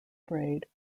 braid